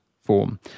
form